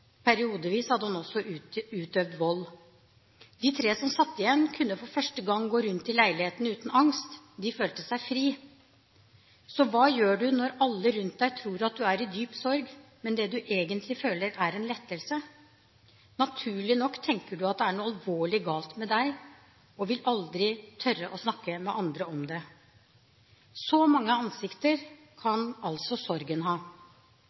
Periodevis hadde han også utøvd vold. De tre som satt igjen, kunne for første gang gå rundt i leiligheten uten angst, de følte seg fri. Så hva gjør du når alle rundt deg tror at du er i dyp sorg, men det du egentlig føler, er en lettelse? Naturlig nok tenker du at det er noe alvorlig galt med deg og vil aldri tørre å snakke med andre om det. Så mange ansikter kan altså sorgen ha.